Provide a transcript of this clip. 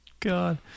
God